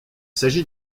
s’agit